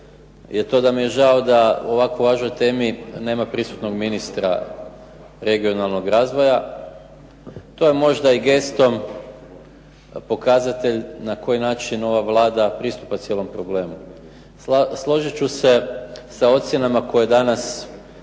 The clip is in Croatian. je to da mi je žao da o ovako važnoj temi nema prisutnog ministra regionalnog razvoja. To je možda i gestom pokazatelj na koji način ova Vlada pristupa cijelom problemu. Složit ću se sa ocjena koje danas